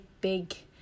big